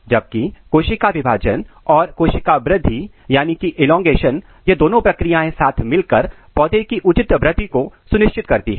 जबकि कोशिका विभाजन और कोशिका वृद्धि एलॉन्गेशन यह दोनों प्रक्रियाएं साथ मिलकर पौधे की उचित वृद्धि को सुनिश्चित करती हैं